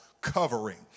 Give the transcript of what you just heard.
covering